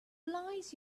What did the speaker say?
lies